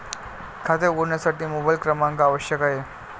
खाते उघडण्यासाठी मोबाइल क्रमांक आवश्यक आहे